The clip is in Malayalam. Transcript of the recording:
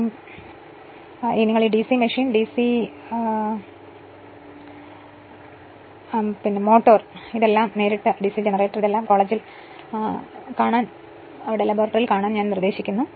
കോളേജിൽ തുറന്ന ഡിസി മെഷീൻ ഡിസി മോട്ടോർ അല്ലെങ്കിൽ ഡിസി ജനറേറ്റർ കാണാൻ ഞാൻ നിർദ്ദേശിക്കുന്നു